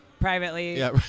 privately